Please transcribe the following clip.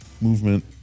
movement